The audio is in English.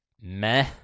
meh